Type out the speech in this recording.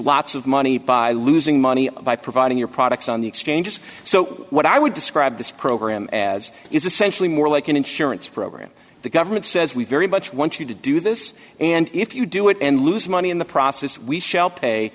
lots of money by losing money by providing your products on the exchanges so what i would describe this program as is essentially more like an insurance program the government says we very much want you to do this and if you do it and lose money in the process we shall pay